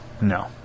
no